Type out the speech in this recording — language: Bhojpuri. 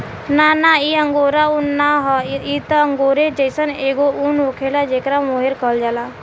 ना ना इ अंगोरा उन ना ह इ त अंगोरे जइसन एगो उन होखेला जेकरा मोहेर कहल जाला